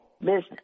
business